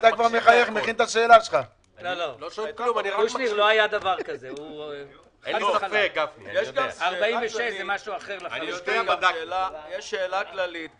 פה גם שאלה כללית,